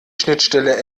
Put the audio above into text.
schnittstelle